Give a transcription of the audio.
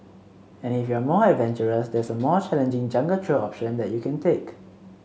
and if you're more adventurous there's a more challenging jungle trail option that you can take